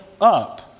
up